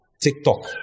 TikTok